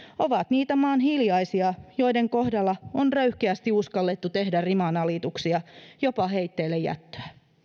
ovat niitä maan hiljaisia joiden kohdalla on röyhkeästi uskallettu tehdä rimanalituksia jopa heitteillejättöä